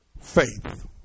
faith